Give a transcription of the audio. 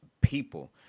people